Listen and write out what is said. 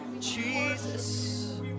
Jesus